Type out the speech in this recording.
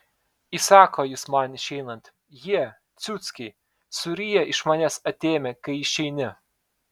įsako jis man išeinant jie ciuckiai suryja iš manęs atėmę kai išeini